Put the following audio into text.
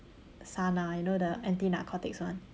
SANA you know the anti narcotics one